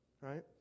right